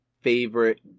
favorite